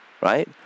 right